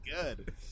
good